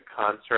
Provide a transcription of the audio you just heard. concert